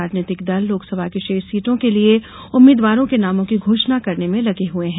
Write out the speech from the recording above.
राजनीतिक दल लोकसभा की शेष सीटों के लिये उम्मीद्वारों के नामों की घोषणा करने में लगे हुए हैं